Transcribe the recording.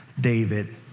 David